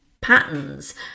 patterns